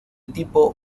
tipo